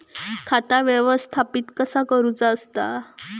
खाता व्यवस्थापित कसा करुचा असता?